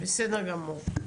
בסדר גמור.